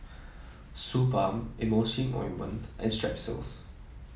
Suu Balm Emulsying Ointment and Strepsils